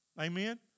Amen